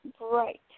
Right